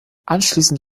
anschließend